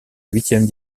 huitième